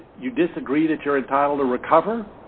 you disagree that you're entitled to recover